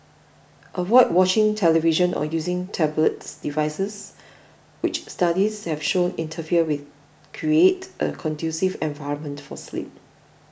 avoid watching television or using tablets devices which studies have shown interfere with create a conducive environment for sleep